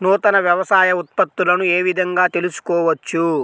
నూతన వ్యవసాయ ఉత్పత్తులను ఏ విధంగా తెలుసుకోవచ్చు?